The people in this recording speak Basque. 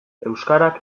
euskarak